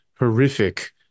horrific